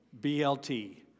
BLT